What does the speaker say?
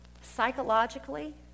psychologically